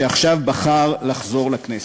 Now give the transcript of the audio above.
שעכשיו בחר לחזור לכנסת.